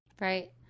Right